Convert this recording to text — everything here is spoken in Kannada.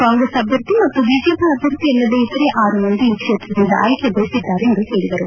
ಕಾಂಗ್ರೆಸ್ ಅಭ್ಯರ್ಥಿ ಮತ್ತು ಬಿಜೆಪಿ ಅಭ್ದರ್ಥಿ ಅಲ್ಲದೆ ಇತರೆ ಆರು ಮಂದಿ ಈ ಕ್ಷೇತ್ರದಿಂದ ಆಯ್ಕೆ ಬಯಸಿದ್ದಾರೆ ಎಂದು ಹೇಳಿದರು